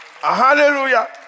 hallelujah